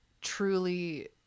truly